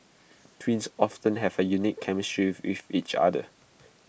twins often have A unique chemistry with with each other